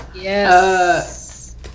Yes